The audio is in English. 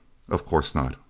of course not.